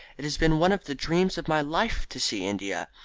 it has been one of the dreams of my life to see india.